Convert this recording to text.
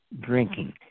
drinking